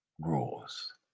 rules